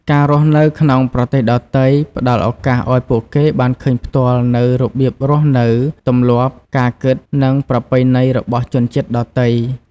ការរស់នៅក្នុងប្រទេសដទៃ ផ្ដល់ឱកាសឱ្យពួកគេបានឃើញផ្ទាល់នូវរបៀបរស់នៅ ទម្លាប់ ការគិត និងប្រពៃណីរបស់ជនជាតិដទៃ។